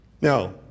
Now